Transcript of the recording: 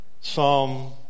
Psalm